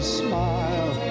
smile